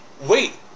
wait